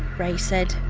ray said.